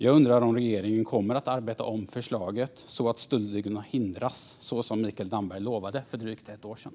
Jag undrar om regeringen kommer att arbeta om förslaget så att stöldligorna hindras, så som Mikael Damberg lovade för drygt ett år sedan.